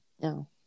No